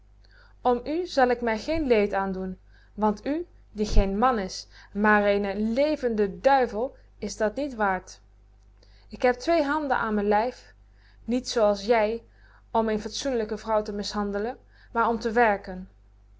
om u zal ik mijn geen leed aandoen want u die geen man is maar eene levende duivel is dat niet waart ik heb twee handen aan mijn lijf niet zooas jij om een fadsoenlijke vrouw te mishandelen maar om te werken